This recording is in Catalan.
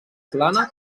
plana